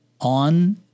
on